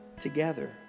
together